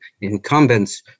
incumbents